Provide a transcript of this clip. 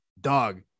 dog